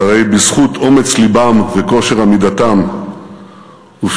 שהרי בזכות אומץ לבם וכושר עמידתם הובטח